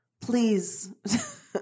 please